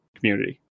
community